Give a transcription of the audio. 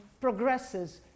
progresses